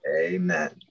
Amen